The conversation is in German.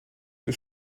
des